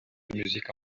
musique